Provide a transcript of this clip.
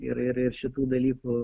ir ir ir šitų dalykų